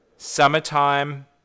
Summertime